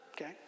okay